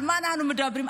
על מה אנחנו מדברים?